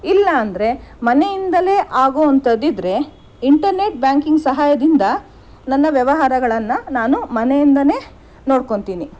ಇಲ್ಲ ಅಂದರೆ ಮನೆಯಿಂದಲೇ ಆಗುವಂಥದ್ದುಇದ್ದರೆ ಇಂಟರ್ನೆಟ್ ಬ್ಯಾಂಕಿಂಗ್ ಸಹಾಯದಿಂದ ನನ್ನ ವ್ಯವಹಾರಗಳನ್ನು ನಾನು ಮನೆಯಿಂದಲೇ ನೋಡ್ಕೊತೀನಿ